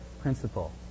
principle